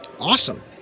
awesome